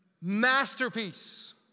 Masterpiece